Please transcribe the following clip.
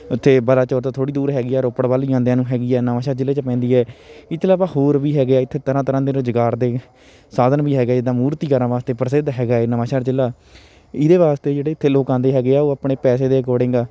ਉੱਥੇ ਬਲਾਚੌਰ ਤੋਂ ਥੋੜ੍ਹੀ ਦੂਰ ਹੈਗੀ ਹੈ ਰੋਪੜ ਵੱਲ ਜਾਂਦਿਆਂ ਨੂੰ ਹੈਗੀ ਹੈ ਨਵਾਂ ਸ਼ਹਿਰ ਜਿਲ੍ਹੇ 'ਚ ਪੈਂਦੀ ਹੈ ਇਹਤੇ ਇਲਾਵਾ ਹੋਰ ਵੀ ਹੈਗੇ ਹੈ ਇੱਥੇ ਤਰ੍ਹਾਂ ਤਰ੍ਹਾਂ ਦੇ ਰੁਜ਼ਗਾਰ ਦੇ ਸਾਧਨ ਵੀ ਹੈਗੇ ਜਿੱਦਾਂ ਮੂਰਤੀਕਾਰਾਂ ਵਾਸਤੇ ਪ੍ਰਸਿੱਧ ਹੈਗਾ ਹੈ ਨਵਾਂਸ਼ਹਿਰ ਜਿਲ੍ਹਾ ਇਹਦੇ ਵਾਸਤੇ ਜਿਹੜੇ ਇੱਥੇ ਲੋਕ ਆਉਂਦੇ ਹੈਗੇ ਹੈ ਉਹ ਆਪਣੇ ਪੈਸੇ ਦੇ ਅਕੋਡਿੰਗ